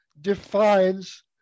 defines